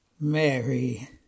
Mary